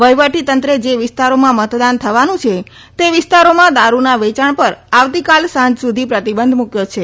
વહીવટીતંત્રે જે વિસ્તારોમાં મતદાન થવાનું છે તે વિસ્તારોમાં દારૂના વેચાણ પર આવતીકાલ સાંજ સુધી પ્રતિબંધ મૂક્વો છે